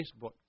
Facebook